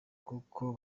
kuko